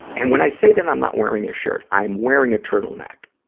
and when i say that i'm not wearing a shirt, i'm wearing a turtleneck.